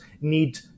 need